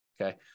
Okay